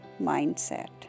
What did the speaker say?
mindset